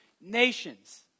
nation's